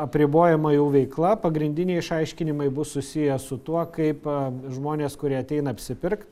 apribojama jų veikla pagrindiniai išaiškinimai bus susiję su tuo kaip žmonės kurie ateina apsipirkt